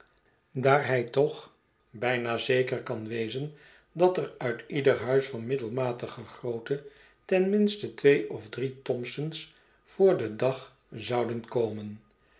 daar hij toch bijna zeker kan wezen dat eruitieder huis van middelmatige grootte ten minste twee of drie thompson's voor den dag zouden komen